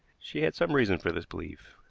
she had some reason for this belief.